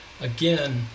again